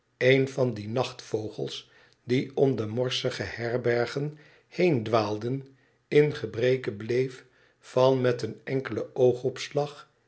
een van die nachtvogels die om de morsige herberg heen dwaalden in gebreke bleef van met een enkelen oogopslag